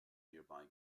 nearby